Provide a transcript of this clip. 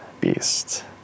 beast